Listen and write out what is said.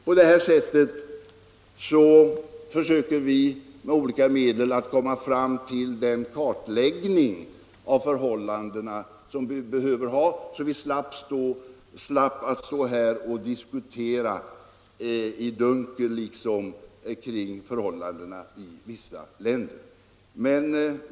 På detta sätt försöker vi med olika medel komma fram till den kartläggning av förhållandena som är nödvändig för att vi skall slippa att stå här och i dunkel diskutera förhållandena i vissa länder.